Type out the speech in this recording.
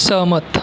सहमत